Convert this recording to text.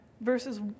verses